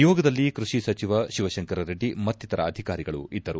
ನಿಯೋಗದಲ್ಲಿ ಕೃಷಿ ಸಚಿವ ಶಿವಶಂಕರ್ ರೆಡ್ಡಿ ಮತ್ತಿತರ ಅಧಿಕಾರಿಗಳು ಇದ್ದರು